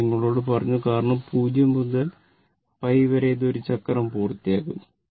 ഞാൻ നിങ്ങളോട് പറഞ്ഞു കാരണം 0 മുതൽ π വരെ ഇത് 1 ചക്രം പൂർത്തിയാക്കുന്നു